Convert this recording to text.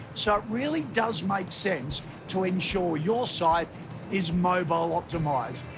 so it really does make sense to ensure your site is mobile optimized,